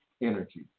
energy